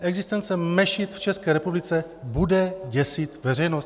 Existence mešit v České republice bude děsit veřejnost.